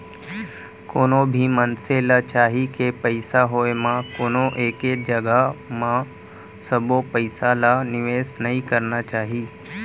कोनो भी मनसे ल चाही के पइसा होय म कोनो एके जघा म सबो पइसा ल निवेस नइ करना चाही